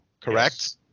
correct